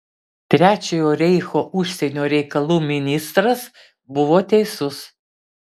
trečiojo reicho užsienio reikalų ministras buvo teisus